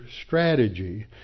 strategy